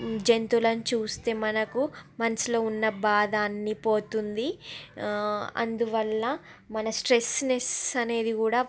జంతువులను చూస్తే మనకు మనసులో ఉన్న బాధ అన్ని పోతుంది అందువల్ల మన స్ట్రెస్ నెస్ అనేది కూడా